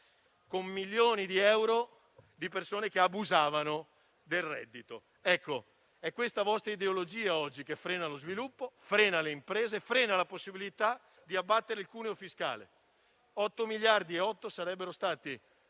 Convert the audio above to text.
con milioni di euro dati a persone che ne abusavano. È questa vostra ideologia che oggi frena lo sviluppo, frena le imprese, frena la possibilità di abbattere il cuneo fiscale: 8,8 miliardi di euro sarebbero stati